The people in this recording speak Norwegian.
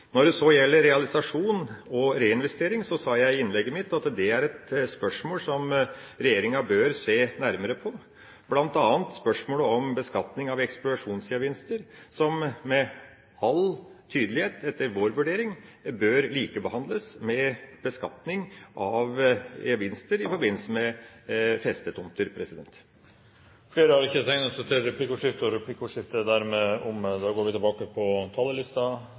Når det så gjelder realisasjon og reinvestering, sa jeg i innlegget mitt at det er et spørsmål som regjeringa bør se nærmere på, bl.a. spørsmålet om beskatning av ekspropriasjonsgevinster, som med all tydelighet etter vår vurdering bør likebehandles med beskatning av gevinster i forbindelse med festetomter.